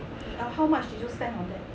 okay err how much did you spend on that